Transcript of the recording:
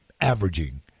averaging